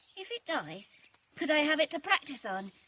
if it dies could i have it to practice on?